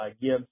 Gibbs